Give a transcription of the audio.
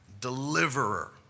deliverer